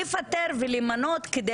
לפטר ולמנות כדי